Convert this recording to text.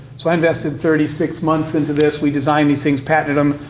so i invested thirty six months into this, we designed these things, patented them,